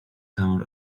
pound